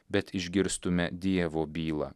bet išgirstume dievo bylą